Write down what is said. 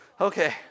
Okay